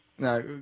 No